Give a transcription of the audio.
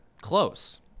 Close